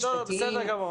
זה בסדר.